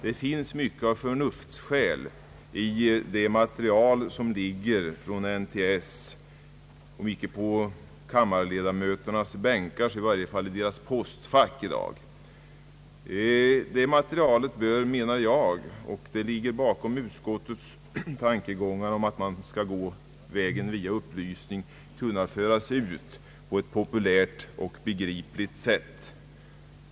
Det finns mycket av förnuftsskäl i det material som framlagts från NTS och som i dag finns om inte på kammarledamöternas bänkar så i varje fall i deras postfack. Bakom utskottets tankegång att man skall gå vägen via upplysning ligger att detta material bör kunna föras ut till allmänheten på ett populärt och begripligt sätt.